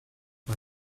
mae